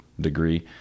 degree